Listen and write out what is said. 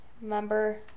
Remember